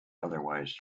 otherwise